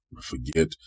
forget